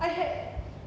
I had